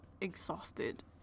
exhausted